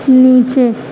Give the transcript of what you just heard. نیچے